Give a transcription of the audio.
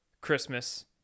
Christmas